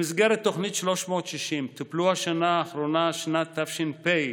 במסגרת תוכנית 360 טופלו בשנה האחרונה, שנת תש"ף,